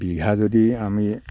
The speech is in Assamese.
বিঘা যদি আমি